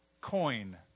coin